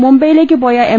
മുംബൈയിലേക്ക് പോയ എം